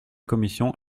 commission